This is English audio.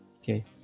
Okay